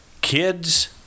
kids